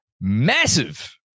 massive